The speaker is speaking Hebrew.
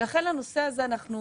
לכן לנושא הזה אנחנו